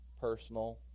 personal